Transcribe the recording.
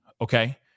okay